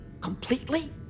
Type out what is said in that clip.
Completely